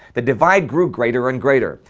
the divide grew greater and greater.